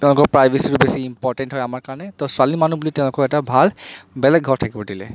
তেওঁলোকৰ প্ৰাইভেচীটো বেছি ইমপৰ্টেণ্ট হয় আমাৰ কাৰণে ত' ছোৱালী মানুহ বুলি তেওঁলোকক এটা ভাল বেলেগ ঘৰত থাকিবলৈ দিলে